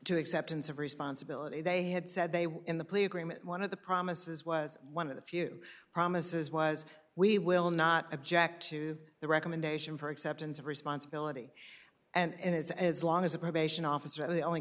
to acceptance of responsibility they had said they were in the plea agreement one of the promises was one of the few promises was we will not object to the recommendation for acceptance of responsibility and is as long as a probation officer and the only